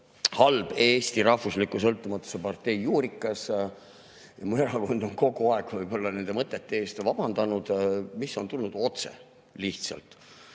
halb Eesti rahvusliku sõltumatuse partei juurikas ja mu erakond on kogu aeg võib-olla nende minu mõtete eest vabandanud, mis on tulnud otse lihtsalt.